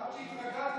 עד שהתרגלנו.